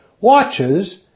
watches